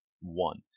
One